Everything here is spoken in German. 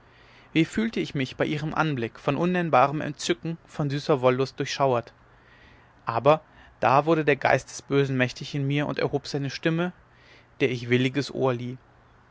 wie fühlte ich mich bei ihrem anblick von unnennbarem entzücken von süßer wollust durchschauert aber da wurde der geist des bösen mächtig in mir und erhob seine stimme der ich williges ohr